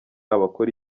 abakora